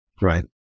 Right